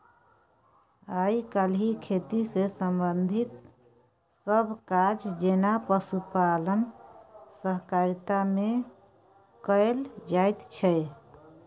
आइ काल्हि खेती सँ संबंधित सब काज जेना पशुपालन सहकारिता मे कएल जाइत छै